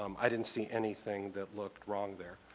um i didn't see anything that looked wrong there.